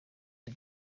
the